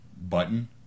button